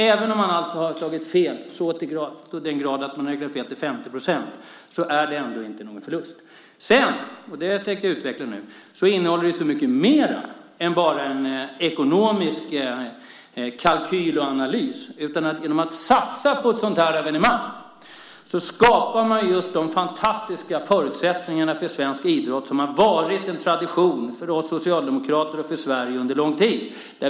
Även om man har räknat fel i så hög grad som 50 % är det ingen förlust. Det innehåller ju så mycket mer än bara en ekonomisk kalkyl och analys. Genom att satsa på ett sådant här evenemang skapar man just de fantastiska förutsättningar för svensk idrott som har varit en tradition för oss socialdemokrater och för Sverige under lång tid.